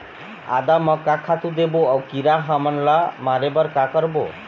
आदा म का खातू देबो अऊ कीरा हमन ला मारे बर का करबो?